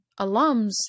alums